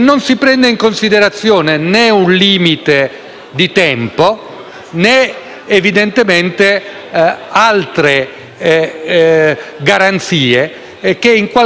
di tempo, né altre garanzie, che in qualche modo possano confermare e dare valore